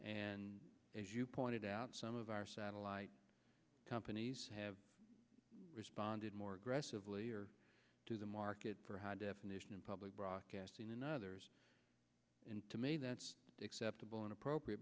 and as you pointed out some of our satellite companies have responded more aggressively are to the market for high definition in public broadcasting in others and to me that's acceptable and appropriate